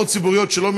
אצלך,